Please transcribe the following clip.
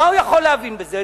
מה הוא יכול להבין בזה?